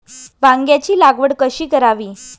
वांग्यांची लागवड कशी करावी?